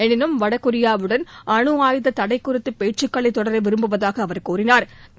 எனினும் வடகொரியாவுடன் அனுஆயுத தடை குறித்து பேச்சுக்களை தொடர விரும்புவதாக அவா கூறினாள்